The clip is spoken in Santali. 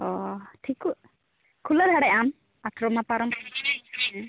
ᱚᱻ ᱴᱷᱤᱠᱚᱜ ᱠᱷᱩᱞᱟᱹᱣ ᱫᱟᱲᱮᱭᱟᱜ ᱟᱢ ᱟᱴᱷᱮᱨᱚ ᱢᱟ